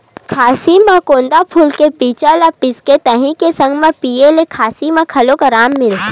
खाँसी म गोंदा फूल के बीजा ल पिसके दही के संघरा म पिए ले खाँसी म घलो अराम मिलथे